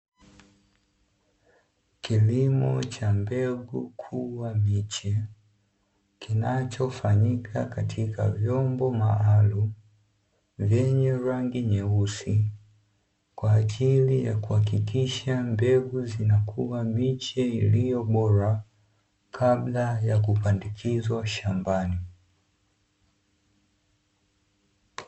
Kilimo cha mbegu kubwa miche kinachofanyika katika vyombo maalumu, vyenye rangi nyeusi, kwa ajili ya kuhakikisha mbegu zinakua miche iliyo bora, kabla ya kupandikizwa shambani.